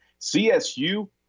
CSU